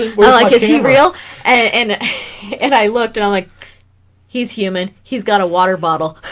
well i guess he real and and i looked and i'm like he's human he's got a water bottle